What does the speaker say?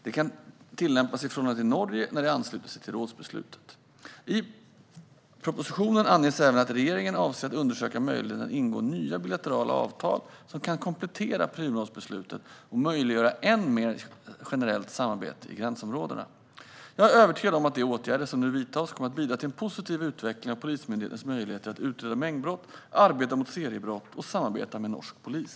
Det kan tillämpas i förhållande till Norge när de anslutit sig till rådsbeslutet. I propositionen anges även att regeringen avser att undersöka möjligheterna att ingå nya bilaterala avtal som kan komplettera Prümrådsbeslutet och möjliggöra än mer generellt samarbete i gränsområdena. Jag är övertygad om att de åtgärder som nu vidtas kommer att bidra till en positiv utveckling av Polismyndighetens möjligheter att utreda mängdbrott, arbeta mot seriebrott och samarbeta med norsk polis.